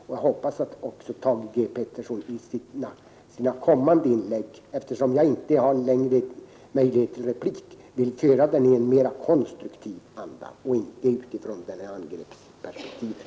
Jag hoppas att Thage G Peterson i sina kommande inlägg — eftersom jag inte längre har möjlighet att återkomma i debatten — vill föra diskussionen i en mera konstruktiv anda och inte utifrån angreppsperspektivet.